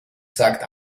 sagt